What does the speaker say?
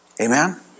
Amen